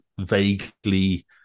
vaguely